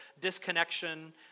disconnection